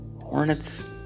Hornets